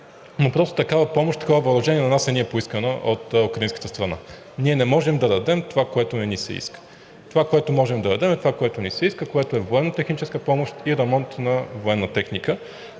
но просто такава помощ, такова въоръжение на нас не ни е поискано от украинската страна. Ние не можем да дадем това, което не ни се иска. Това, което можем да дадем, е това, което ни се иска, което е военнотехническа помощ и ремонт на военна техника,